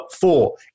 four